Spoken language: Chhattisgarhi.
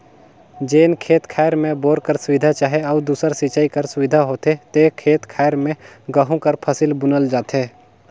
जेन खेत खाएर में बोर कर सुबिधा चहे अउ दूसर सिंचई कर सुबिधा होथे ते खेत खाएर में गहूँ कर फसिल बुनल जाथे